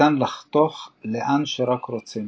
ניתן לחתוך לאן שרק רוצים.